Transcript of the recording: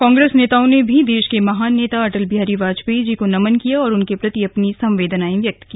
कांग्रेस नेताओं ने भी देश के महान नेता अटल बिहारी वाजपेयी जी को नमन किया और उनके प्रति अपनी संवेदनाए व्यक्त की